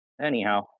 anyhow